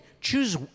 Choose